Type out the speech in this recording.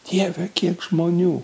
dieve kiek žmonių